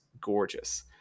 gorgeous